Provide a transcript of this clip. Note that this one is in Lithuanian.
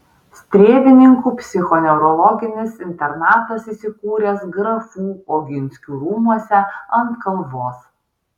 strėvininkų psichoneurologinis internatas įsikūręs grafų oginskių rūmuose ant kalvos